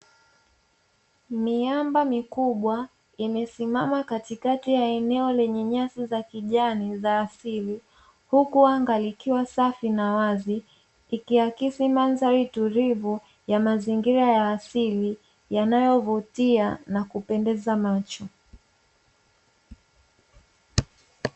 Miamba mikubwa imesimama katikati ya eneo lenye nyasi za kijani za asili, huku anga safi na wazi likiakisi mandhari tulivu ya mazingira ya asili yanayovutia na kupendeza macho.